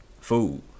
Food